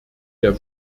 der